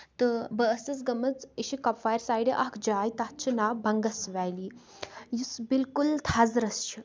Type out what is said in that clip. تہٕ بہٕ ٲسٕس گٔمٕژ یہِ چھِ کۄپوارِ سایڈٕ اکھ جاے تَتھ چھُ ناو بنگس ویلی یُس بِلکُل تھزرَس چھِ